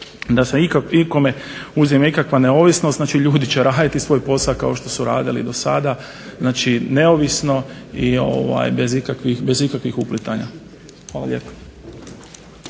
da se ikome uzme nekakva neovisnost. Znači, ljudi će raditi svoj posao kao što su radili i do sada. Znači neovisno i bez ikakvih uplitanja. Hvala lijepo.